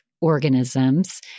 organisms